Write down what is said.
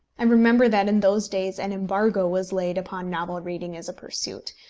i remember that in those days an embargo was laid upon novel-reading as a pursuit,